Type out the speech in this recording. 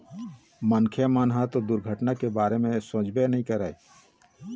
मनखे मन ह दुरघटना के बारे म तो सोचबे नइ करय